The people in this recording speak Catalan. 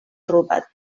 robat